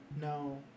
No